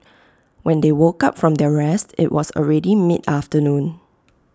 when they woke up from their rest IT was already mid afternoon